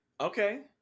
Okay